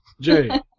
Jay